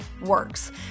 works